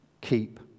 keep